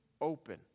open